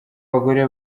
abagore